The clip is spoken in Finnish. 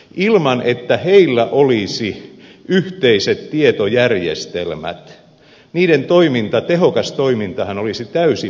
ilman että niillä olisi yhteiset tietojärjestelmät niiden tehokas toimintahan olisi täysin mahdotonta